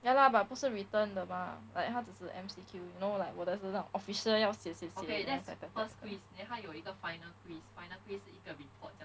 ya lah but 不是 written 的 mah like 他只是 M_C_Q you know like 我的是那种 official 要写写写 then settle that 的